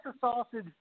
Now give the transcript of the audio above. sausage